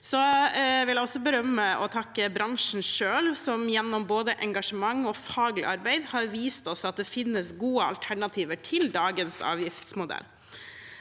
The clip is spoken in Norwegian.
Jeg vil også berømme og takke bransjen selv, som gjennom både engasjement og faglig arbeid har vist oss at det finnes gode alternativer til dagens avgiftsmodell.